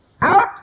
out